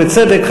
ובצדק,